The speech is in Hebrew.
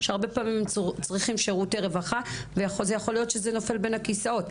שהרבה פעמים הם צריכים שירותי רווחה ויכול להיות שזה נופל בין הכיסאות.